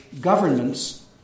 governments